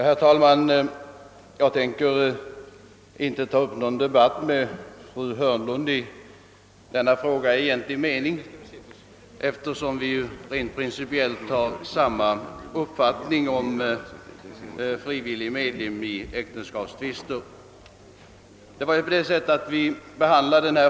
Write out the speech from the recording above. Herr talman! Jag tänker inte ta upp någon egentlig debatt med fru Hörnlund i denna fråga, eftersom vi principiellt har samma uppfattning om frivillig medling i äktenskapstvister.